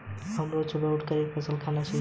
हमें रोज सुबह उठकर एक फल खाना चाहिए